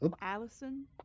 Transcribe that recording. Allison